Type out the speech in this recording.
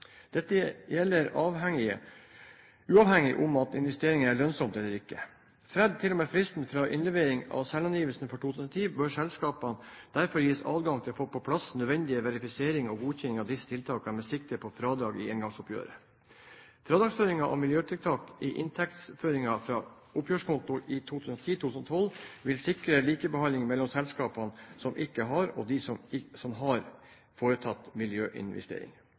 Dette gjelder uavhengig av om investeringene er lønnsomme eller ikke. Fram til og med frist for innlevering av selvangivelsen 2010 bør selskapene derfor gis adgang til å få på plass nødvendig verifisering og godkjenning av disse tiltakene med sikte på fradrag i engangsoppgjøret. Fradragsføring av miljøtiltak i inntektsføringen fra oppgjørskontoen i 2010–2012 vil sikre likebehandlingen mellom selskaper som ikke har, og de som har foretatt miljøinvesteringer.